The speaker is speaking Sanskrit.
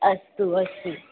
अस्तु अस्तु